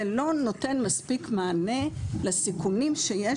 זה לא נותן מספיק מענה לסיכונים שיש